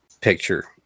picture